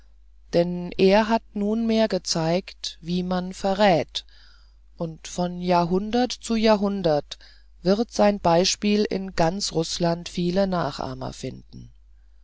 denn er hat nunmehr gezeigt wie man verrät und von jahrhundert zu jahrhundert wird sein beispiel in ganz rußland viele nachahmer finden